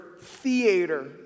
theater